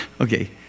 Okay